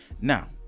Now